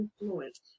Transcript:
influence